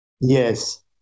Yes